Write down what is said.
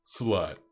slut